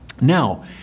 Now